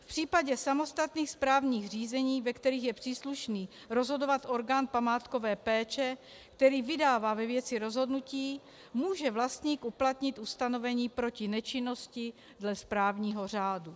V případě samostatných správních řízení, ve kterých je příslušný rozhodovat orgán památkové péče, který vydává ve věci rozhodnutí, může vlastník uplatnit ustanovení proti nečinnosti dle správního řádu.